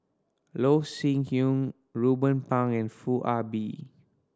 Loh Sin Yun Ruben Pang and Foo Ah Bee